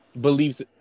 beliefs